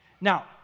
Now